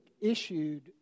issued